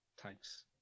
Thanks